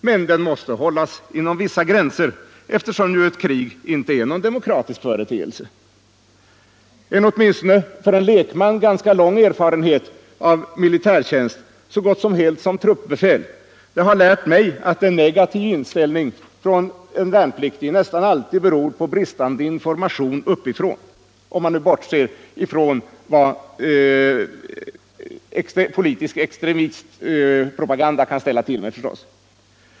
Men den måste hållas inom vissa gränser, eftersom ett krig inte är någon demokratisk företeelse. En åtminstone för en lekman ganska lång erfarenhet av militärtjänst, så gott som helt som truppbefäl, har lärt mig att en negativ inställning hos en värnpliktig nästan alltid beror på bristande information uppifrån - om man nu bortser från vad politisk extremistpropaganda kan ställa till med.